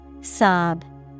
Sob